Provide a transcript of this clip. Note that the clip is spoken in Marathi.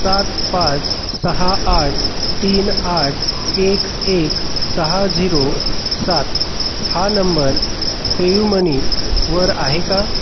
सात पाच सहा आठ तीन आठ एक एक सहा झिरो सात हा नंबर पेयुमनीवर आहे का